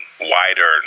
wider